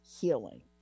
healing